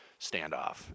standoff